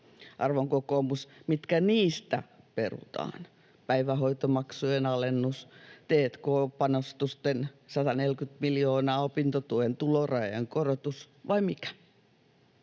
Arvon kokoomus, mitkä niistä perutaan: päivähoitomaksujen alennus, t&k-panostusten 140 miljoonaa, opintotuen tulorajojen korotus vai mikä?